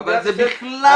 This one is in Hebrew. אנחנו במדינת ישראל,